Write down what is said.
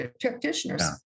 practitioners